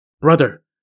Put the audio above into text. Brother